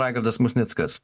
raigardas musnickas